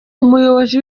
umuyobozi